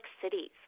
Cities